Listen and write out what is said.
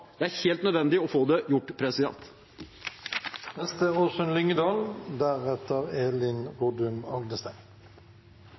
Det er helt nødvendig å få det gjort.